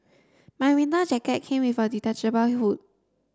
my winter jacket came with a detachable hood